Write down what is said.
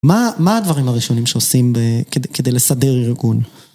מה הדברים הראשונים שעושים כדי לסדר ארגון?